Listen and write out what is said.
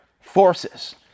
forces